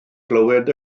glywed